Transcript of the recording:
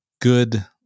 good